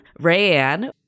rayanne